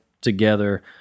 together